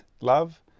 love